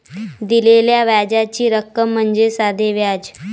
दिलेल्या व्याजाची रक्कम म्हणजे साधे व्याज